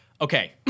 Okay